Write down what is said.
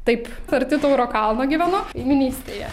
taip arti tauro kalno gyvenu kaimynystėje